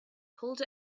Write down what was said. pulled